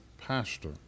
pastor